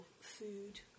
food